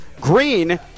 Green